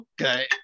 Okay